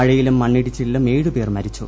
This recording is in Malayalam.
മഴയിലും മണ്ണിടിച്ചി ലിലും ഏഴ് പേർ മരിച്ചു